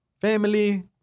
family